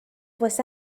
واسه